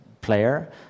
player